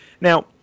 now